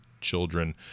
children